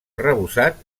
arrebossat